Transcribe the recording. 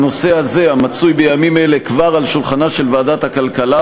הנושא הזה כבר מצוי בימים אלה על שולחנה של ועדת הכלכלה